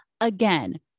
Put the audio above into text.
Again